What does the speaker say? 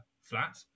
flat